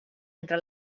entre